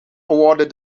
awarded